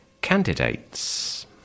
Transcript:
candidates